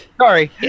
Sorry